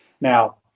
Now